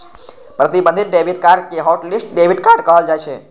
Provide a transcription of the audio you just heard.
प्रतिबंधित debit card कें hotlist debit card कहल जाइ छै